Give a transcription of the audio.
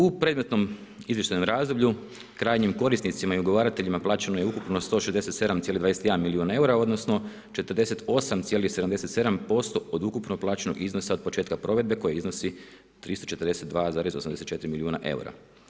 U predmetnom izvještajnom razdoblju krajnjim korisnicima i ugovarateljima plaćeno je ukupno 167,21 milijun eura, odnosno 48,77% od ukupno plaćenog iznosa od početka provedbe koji iznosi 342,84 milijuna eura.